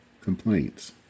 complaints